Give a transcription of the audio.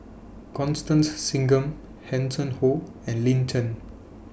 Constance Singam Hanson Ho and Lin Chen